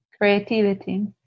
Creativity